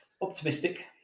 Optimistic